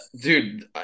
dude